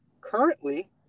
currently –